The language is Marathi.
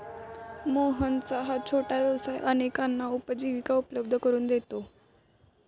मोहनचा हा छोटासा व्यवसाय अनेकांना उपजीविका उपलब्ध करून देतो